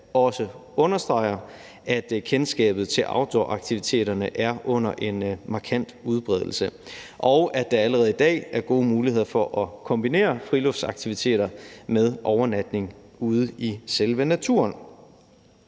også understreger, at kendskabet til outdooraktiviteterne er under en markant udbredelse, og at der allerede i dag er gode muligheder for at kombinere friluftsaktiviteter med overnatning ude i selve naturen.